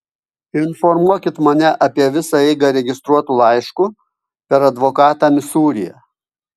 informuokit mane apie visą eigą registruotu laišku per advokatą misūryje